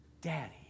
daddy